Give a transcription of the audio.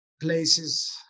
places